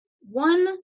one